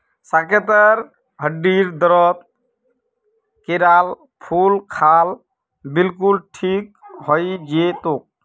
साकेतेर हड्डीर दर्द केलार फूल खा ल बिलकुल ठीक हइ जै तोक